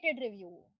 review